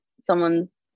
someone's